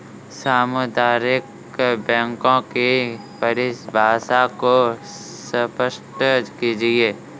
सामुदायिक बैंकों की परिभाषा को स्पष्ट कीजिए?